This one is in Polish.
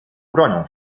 bronią